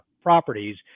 properties